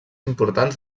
importants